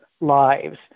lives